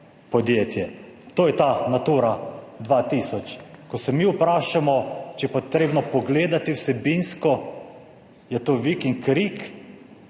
podjetje. To je ta Natura 2000. Ko se mi vprašamo, če je potrebno pogledati vsebinsko, je to vik in krik,